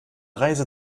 reise